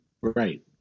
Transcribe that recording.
right